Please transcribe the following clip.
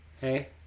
Hey